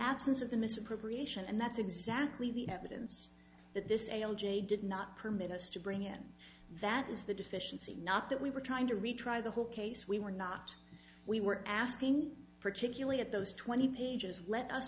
absence of the misappropriation and that's exactly the evidence that this a l j did not permit us to bring in that is the deficiency not that we were trying to retry the whole case we were not we were asking particularly at those twenty pages let us